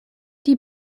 die